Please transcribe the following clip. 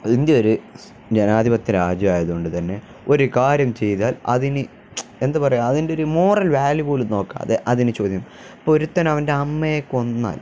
India ഒരു ജനാധിപത്യ രാജ്യം ആയതുകൊണ്ടുതന്നെ ഒരു കാര്യം ചെയ്താൽ അതിന് എന്താണു പറയുക അതിൻ്റെ ഒരു മോറൽ വാല്യൂ പോലും നോക്കാതെ അതിനെ ചോദ്യംചെയ്യും ഇപ്പോഴൊരുത്തൻ അവൻ്റെ അമ്മയക്കൊന്നാൽ